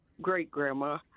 great-grandma